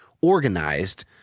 organized